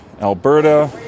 Alberta